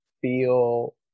feel